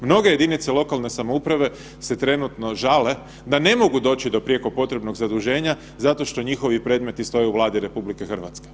Mnoge jedinice lokalne samouprave se trenutno žale da ne mogu doći do prijeko potrebnog zaduženja zato što njihovi predmeti stoje u Vladi RH.